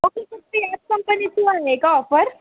okay फक्त याच कंपनीची आहे का ऑफर